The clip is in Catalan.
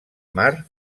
mar